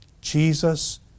Jesus